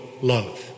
love